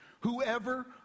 whoever